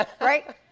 right